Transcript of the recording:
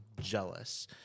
jealous